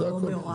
זה הכל.